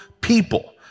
people